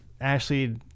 Ashley